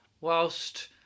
Whilst